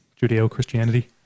Judeo-Christianity